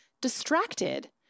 distracted